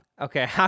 Okay